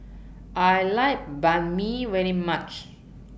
I like Banh MI very much